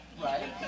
Right